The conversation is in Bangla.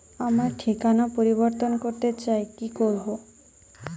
আমার ঠিকানা পরিবর্তন করতে চাই কী করব?